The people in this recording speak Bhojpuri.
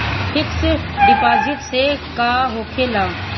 फिक्स डिपाँजिट से का होखे ला?